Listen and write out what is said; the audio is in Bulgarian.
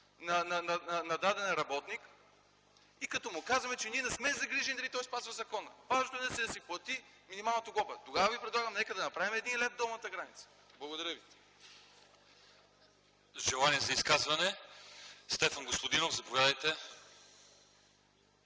на даден работник и като му казваме, че ние не сме загрижени дали той спазва закона, важното е да си плати минималната глоба? Тогава ви предлагам, нека да направим 1 лв. долната граница. Благодаря ви. ПРЕДСЕДАТЕЛ ЛЪЧЕЗАР ИВАНОВ: Желание за изказване? Стефан Господинов, заповядайте.